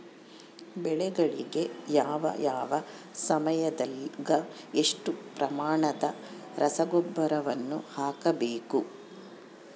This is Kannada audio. ಬೆಳೆಗಳಿಗೆ ಯಾವ ಯಾವ ಸಮಯದಾಗ ಎಷ್ಟು ಪ್ರಮಾಣದ ರಸಗೊಬ್ಬರವನ್ನು ಹಾಕಬೇಕು?